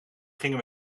gingen